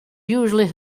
usually